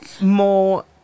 more